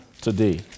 today